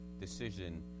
decision